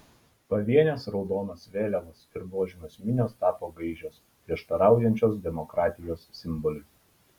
pavienės raudonos vėliavos ir nuožmios minios tapo gaižios prieštaraujančios demokratijos simboliui